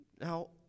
Now